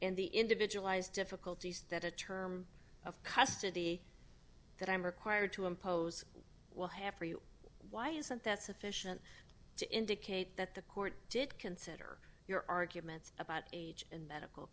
and the individualized difficulties that a term of custody that i'm required to impose will have for you why isn't that sufficient to indicate that the court did consider your arguments about age and medical